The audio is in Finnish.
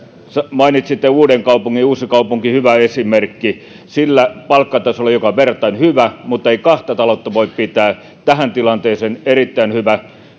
mainitsitte uudenkaupungin uusikaupunki on hyvä esimerkki palkkatasoon joka on verrattain hyvä mutta jolla ei kahta taloutta voi pitää tähän tilanteeseen tämä on erittäin hyvä